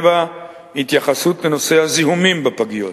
7. התייחסות לנושא הזיהומים בפגיות.